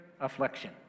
affliction